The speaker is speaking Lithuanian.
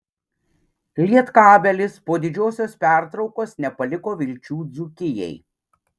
lietkabelis po didžiosios pertraukos nepaliko vilčių dzūkijai